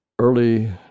Early